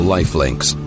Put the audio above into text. Lifelinks